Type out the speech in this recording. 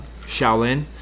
Shaolin